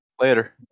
Later